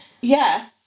yes